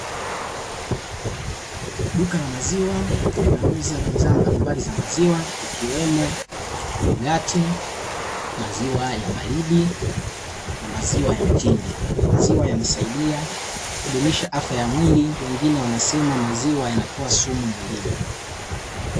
Duka la maziwa, linauza bidhaa mbalimbali za maziwa ikiwemo yogati, maziwa ya baridi, na maziwa ya mtindi. Maziwa yanasaidia kudumisha afya ya mwili, wengine wanasema maziwa yanatoa sumu mwilini.